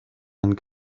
and